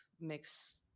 mix